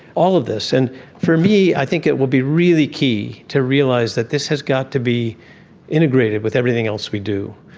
all of this. and for me i think it would be really key to realise that this has got to be integrated with everything else we do.